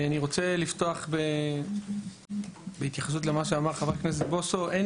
אני רוצה לפתוח בהתייחסות למה שאמר חבר הכנסת בוסו: אין